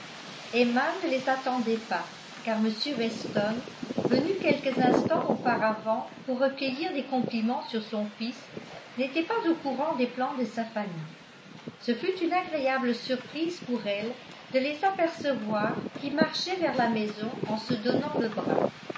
emma ne les attendait pas car m weston venu quelques instants auparavant pour recueillir des compliments sur son fils n'était pas au courant des plans de sa famille ce fut une agréable surprise pour elle de les apercevoir qui marchaient vers la maison en se donnant le bras